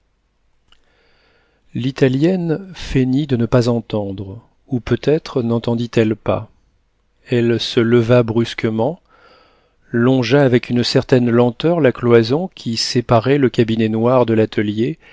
l'italienne feignit de ne pas entendre ou peut-être nentendit elle pas elle se leva brusquement longea avec une certaine lenteur la cloison qui séparait le cabinet noir de l'atelier